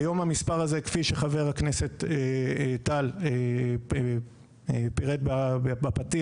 כיום המספר הזה, כפי שחבר הכנסת טל פירט בפתיח,